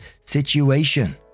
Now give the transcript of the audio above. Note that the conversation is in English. situation